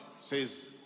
says